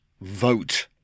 Vote